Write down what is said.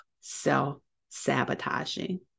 self-sabotaging